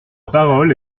parole